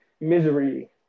Misery